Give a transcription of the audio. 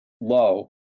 low